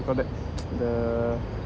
all the the